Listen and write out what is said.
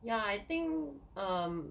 ya I think um